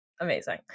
Amazing